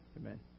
Amen